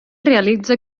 realitza